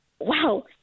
wow